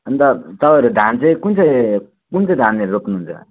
अन्त तपाईँहरू धान चाहिँ कुन चाहिँ कुन चाहिँ धानहरू रोप्नुहुन्छ